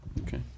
Okay